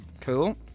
Cool